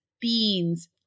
beans